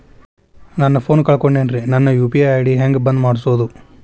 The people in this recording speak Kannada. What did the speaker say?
ನನ್ನ ಫೋನ್ ಕಳಕೊಂಡೆನ್ರೇ ನನ್ ಯು.ಪಿ.ಐ ಐ.ಡಿ ಹೆಂಗ್ ಬಂದ್ ಮಾಡ್ಸೋದು?